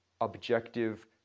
objective